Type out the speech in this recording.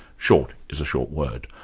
short is a short word.